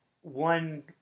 one